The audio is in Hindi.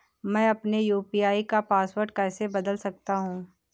मैं अपने यू.पी.आई का पासवर्ड कैसे बदल सकता हूँ?